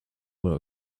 were